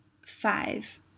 Five